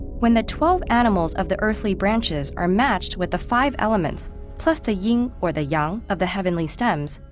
when the twelve animals of the earthly branches are matched with the five elements plus the yin or the yang of the heavenly stems,